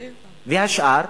והשאר,